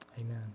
Amen